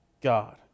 God